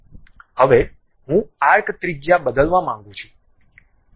હવે હું આર્ક ત્રિજ્યા બદલવા માંગુ છું